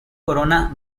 corona